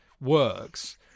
works